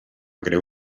greu